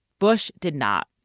bush did not.